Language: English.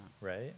right